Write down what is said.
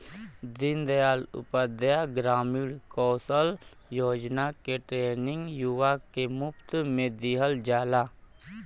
दीन दयाल उपाध्याय ग्रामीण कौशल योजना क ट्रेनिंग युवा के मुफ्त में दिहल जाला